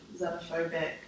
xenophobic